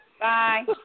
Bye